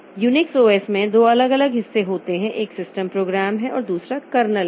Unix OS में दो अलग अलग हिस्से होते हैं एक सिस्टम प्रोग्राम है और दूसरा कर्नेल है